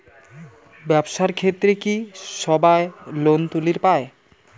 ব্যবসার ক্ষেত্রে কি সবায় লোন তুলির পায়?